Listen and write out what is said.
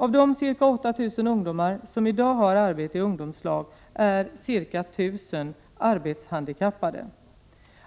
Av de ca 8 000 ungdomar som i dag har arbete i ungdomslag är ca 1 000 arbetshandikappade.